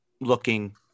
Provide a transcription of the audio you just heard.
looking